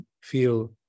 feel